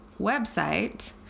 website